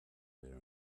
there